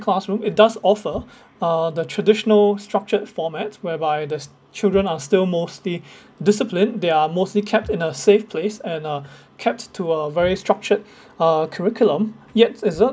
classroom it does offer uh the traditional structured format whereby the children are still mostly disciplined they are mostly kept in a safe place and are kept to a very structured uh curriculum yet it's uh